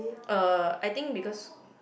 uh I think because